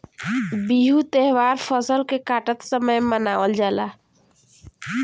बिहू त्यौहार फसल के काटत समय मनावल जाला